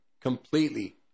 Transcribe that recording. completely